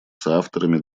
соавторами